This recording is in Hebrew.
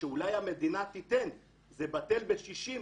שאולי המדינה תיתן, זה בטל בשישים